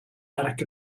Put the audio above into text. attic